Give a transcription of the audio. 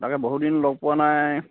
তাকে বহুতদিন লগ পোৱা নাই